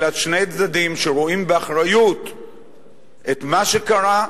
אלא שני צדדים שרואים באחריות את מה שקרה,